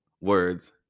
words